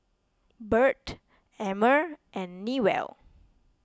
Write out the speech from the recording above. Burt Emmer and Newell